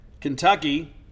Kentucky